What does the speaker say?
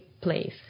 place